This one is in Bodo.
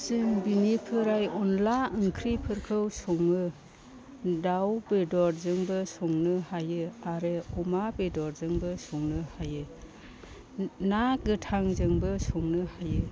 जों बिनिफ्राय अनला ओंख्रिफोरखौ सङो दाउ बेदरजोंबो संनो हायो आरो अमा बेदरजोंबो संनो हायो ना गोथांजोंबो संनो हायो